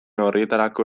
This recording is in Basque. orrietarako